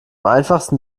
einfachsten